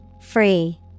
Free